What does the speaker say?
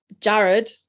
Jared